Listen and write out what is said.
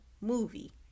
movie